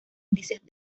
índices